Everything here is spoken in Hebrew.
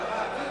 ההצעה